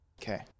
Okay